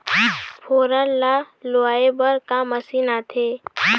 फोरन ला लुआय बर का मशीन आथे?